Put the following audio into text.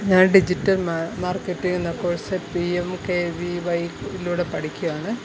ഞാൻ digital market എന്ന course P M K V വൈയിലൂടെ പഠിക്കുകയാണ്